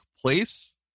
place